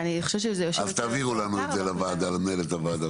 אני חושבת שזה יושב אצל ה --- אז תעבירו לנו את זה למנהלת הוועדה,